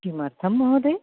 किमर्थं महोदय